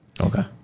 Okay